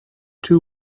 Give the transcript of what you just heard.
two